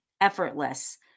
effortless